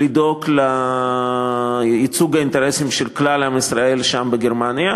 לדאוג לייצוג האינטרסים של כלל עם ישראל שם בגרמניה.